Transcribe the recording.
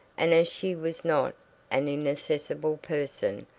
and as she was not an inaccessible person,